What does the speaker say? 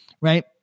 Right